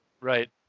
Right